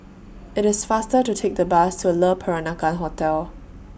IT IS faster to Take The Bus to Le Peranakan Hotel